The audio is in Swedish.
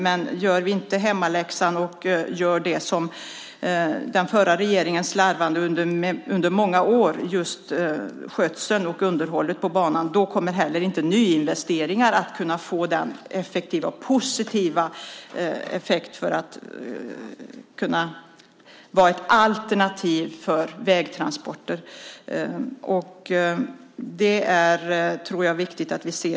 Men gör vi inte hemläxan och gör det som den förra regeringen slarvade med under många år när det gäller skötseln och underhållet på banan kommer inte heller nyinvesteringar att kunna få den positiva effekt som gör att det kan bli ett alternativ för vägtransporter. Det tycker jag är viktigt att se.